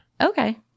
Okay